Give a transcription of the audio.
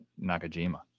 nakajima